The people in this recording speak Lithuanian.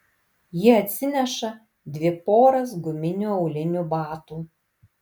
ji atsineša dvi poras guminių aulinių batų